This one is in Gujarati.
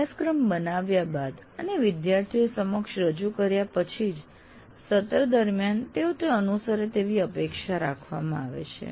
અભ્યાસક્રમ બનાવ્યા બાદ અને વિદ્યાર્થીઓ સમક્ષ રજૂ કર્યા પછી જ સત્ર દરમિયાન તેઓ તે અનુસરે તેવી અપેક્ષા કરવામાં આવે છે